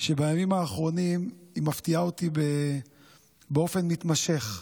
שבימים האחרונים היא מפתיעה אותי באופן מתמשך,